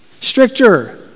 stricter